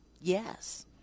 Yes